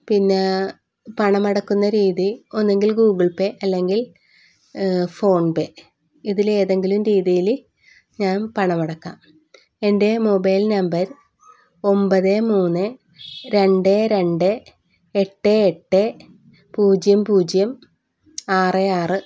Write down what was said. പിന്നെ പണമടക്കുന്ന രീതി ഒന്നുകിൽ ഗൂഗിൾ പേ അല്ലെങ്കിൽ ഫോൺപേ ഇതിലേതെങ്കിലും രീതിയിൽ ഞാൻ പണമടക്കാം എൻ്റെ മൊബൈൽ നമ്പർ ഒമ്പത് മൂന്ന് രണ്ട് രണ്ട് എട്ട് എട്ട് പൂജ്യം പൂജ്യം ആറ് ആറ്